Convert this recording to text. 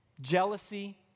jealousy